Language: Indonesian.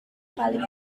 paling